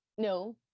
No